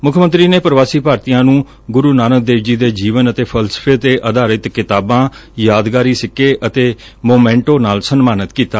ਮੁੱਖ ਮੰਤਰੀ ਨੇ ਪੁਵਾਸੀ ਭਾਰਤੀਆਂ ਨੂੰ ਗੁਰੂ ਨਾਨਕ ਦੇਵ ਜੀ ਦੇ ਜੀਵਨ ਅਤੇ ਫਲਸਫੇ ਤੇ ਆਧਾਰਿਤ ਕਿਤਾਬਾਂ ਯਾਦਗਾਰੀ ਸਿੱਕੇ ਅਤੇ ਮੋਮੈਟੋ ਨਾਲ ਸਨਮਾਨਿਤ ਕੀਤਾ